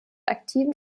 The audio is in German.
aktiven